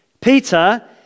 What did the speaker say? Peter